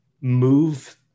move